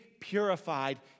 purified